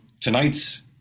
tonight's